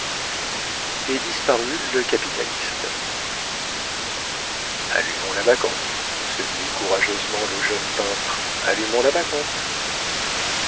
et disparut le capitaliste allumons la bacchante se dit courageusement le jeune peintre allumons la bacchante